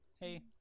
hey